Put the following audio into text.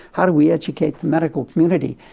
how do we educate the medical community?